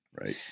Right